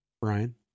Brian